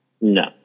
No